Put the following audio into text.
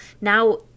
Now